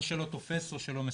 או שלא תופס או שלא מספק.